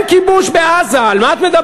אין כיבוש בעזה, על מה את מדברת?